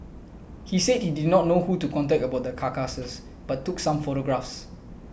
he said he did not know who to contact about the carcasses but took some photographs